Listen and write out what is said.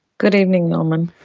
good evening norman.